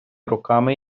руками